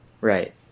Right